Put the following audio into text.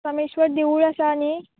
कमळेश्वर देवूळ आसा न्ही